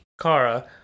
Kara